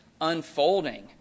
unfolding